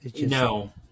No